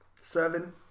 Seven